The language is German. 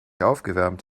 aufgewärmt